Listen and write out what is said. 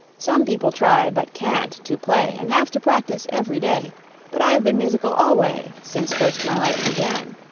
some people try, but can't, to play and have to practice every day but i've been musical always, since first my life began.